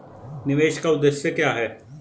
निवेश का उद्देश्य क्या है?